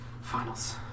Finals